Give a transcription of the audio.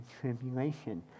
tribulation